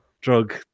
drug